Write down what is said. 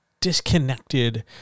disconnected